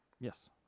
Yes